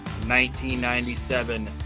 1997